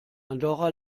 andorra